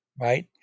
right